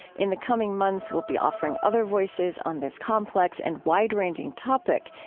in the coming months, we'll be offering other voices on this complex and wide-ranging topic,